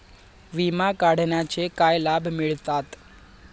विमा काढण्याचे काय लाभ मिळतात?